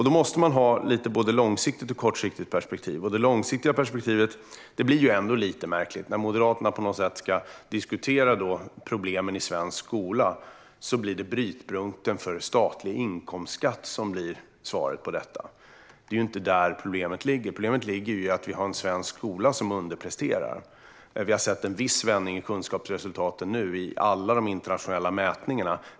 Då måste man ha både ett långsiktigt och ett kortsiktigt perspektiv. När det gäller det långsiktiga perspektivet blir det ändå lite märkligt när Moderaterna på något sätt ska diskutera problemen i svensk skola. Då blir det brytpunkten för statlig inkomstskatt som blir svaret på detta. Det är inte där problemet ligger; problemet ligger i att vi har en svensk skola som underpresterar. Vi har sett en viss vändning i kunskapsresultaten nu i alla de internationella mätningarna.